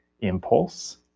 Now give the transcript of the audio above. impulse